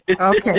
okay